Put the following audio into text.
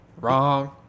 Wrong